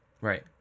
right